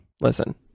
Listen